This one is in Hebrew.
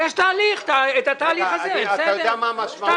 יש תהליך, בסדר, תהליך.